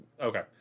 okay